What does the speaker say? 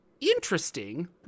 interesting